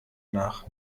nach